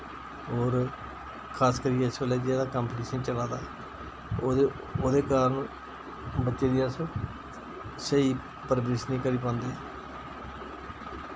और खास करियै इस वेल्लै जेह्ड़ा कम्पटीशन चला दा ओह्दे ओह्दे कारण बच्चे दी अस स्हेई परवरिश निं करी पांदे